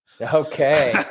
Okay